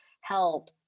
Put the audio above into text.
help